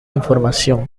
información